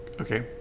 Okay